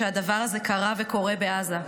שהדבר הזה קרה וקורה בעזה.